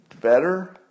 Better